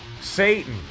satan